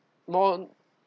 no